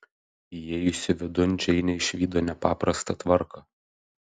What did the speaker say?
įėjusi vidun džeinė išvydo nepaprastą tvarką